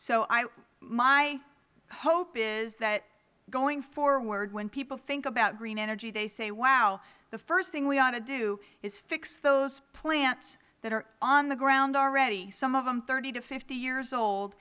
so my hope is that going forward when people think about green energy they say wow the first thing we ought to do is fix those plants that are on the ground already some of them thirty to fifty years old